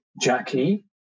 Jackie